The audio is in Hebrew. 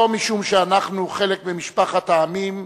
לא משום שאנו חלק ממשפחת העמים,